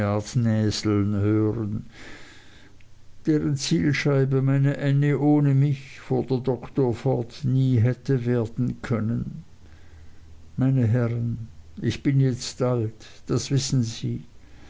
hören deren zielscheibe meine ännie ohne mich fuhr der doktor fort nie hätte werden können meine herren ich bin jetzt alt das wissen sie